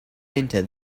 into